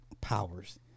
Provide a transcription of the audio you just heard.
powers